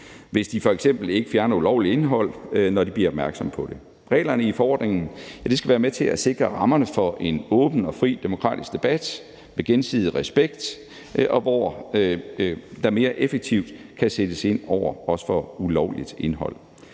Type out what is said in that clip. hvis de ikke fjerner ulovligt indhold, når de bliver opmærksomme på det. Reglerne i forordningen skal være med til at sikre rammerne for en åben og fri demokratisk debat med gensidig respekt, hvor der også mere effektivt kan sættes ind over for ulovligt indhold.